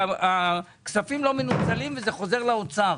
והכספים לא מנוצלים וזה חוזר לאוצר,